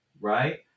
right